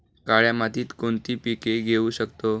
काळ्या मातीत कोणती पिके घेऊ शकतो?